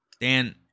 Dan